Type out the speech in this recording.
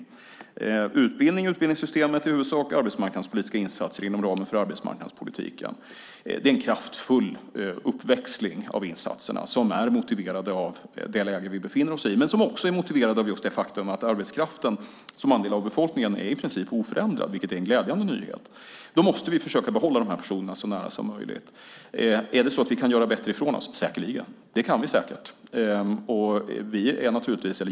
Det är utbildning i utbildningssystemet i huvudsak och arbetsmarknadspolitiska insatser inom ramen för arbetsmarknadspolitiken. Det är en kraftfull uppväxling av insatserna som är motiverad av det läge vi befinner oss i och också av just det faktum att arbetskraften som andel av befolkningen i princip är oförändrad, vilket är en glädjande nyhet. Då måste vi försöka behålla de här personerna så nära som möjligt. Är det så att vi kan göra bättre ifrån oss? Det kan vi säkert.